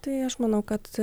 tai aš manau kad